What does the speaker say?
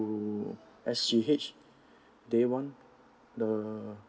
to S_G_H they want the